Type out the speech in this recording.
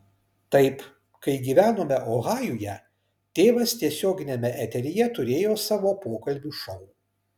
taip kai gyvenome ohajuje tėvas tiesioginiame eteryje turėjo savo pokalbių šou